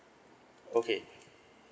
okay